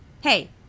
Hey